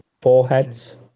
foreheads